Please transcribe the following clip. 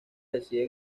decide